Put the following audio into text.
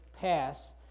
pass